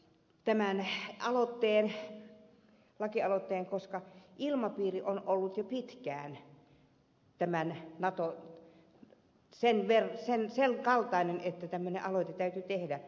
tämä ne haluu perheen lakialoitteen koska ilmapiiri on ollut jo pitkään sen kaltainen että tämmöinen aloite täytyi tehdä